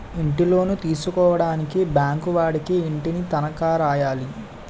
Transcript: ఇంటిలోను తీసుకోవడానికి బ్యాంకు వాడికి ఇంటిని తనఖా రాయాలి